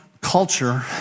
culture